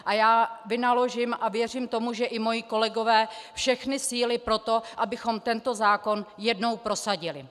A já vynaložím, a věřím tomu, že i moji kolegové, všechny síly pro to, abychom tento zákon jednou prosadili.